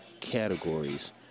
categories